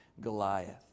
Goliath